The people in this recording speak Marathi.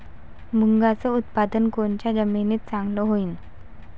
मुंगाचं उत्पादन कोनच्या जमीनीत चांगलं होईन?